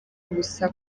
ubusa